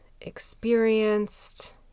experienced